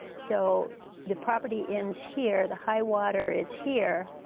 so the property ends here. the high water is here.